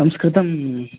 संस्कृतं